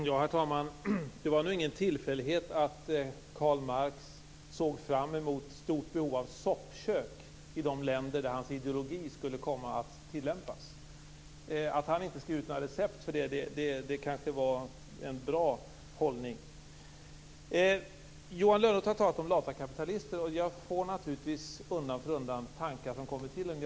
Herr talman! Det var nog ingen tillfällighet att Karl Marx såg fram emot ett stort behov av soppkök i de länder där hans ideologi skulle komma att tillämpas. Att han inte skrev ut några recept för detta kanske var en bra hållning. Johan Lönnroth har talat om datakapitalister. Det leder naturligtvis till tankar undan för undan. Det har här talats om familjen Wallenberg.